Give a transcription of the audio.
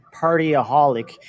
partyaholic